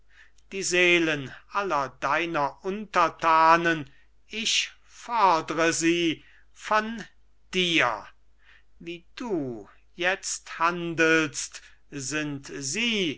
die seelen aller deiner untertanen ich fordre sie von dir wie du jetzt handelst sind sie